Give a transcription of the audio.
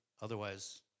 Otherwise